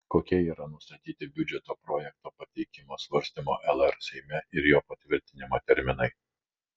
kokie yra nustatyti biudžeto projekto pateikimo svarstymui lr seime ir jo patvirtinimo terminai